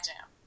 jam